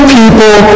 people